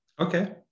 Okay